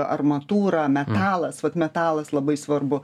armatūra metalas vat metalas labai svarbu